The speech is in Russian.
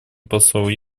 посол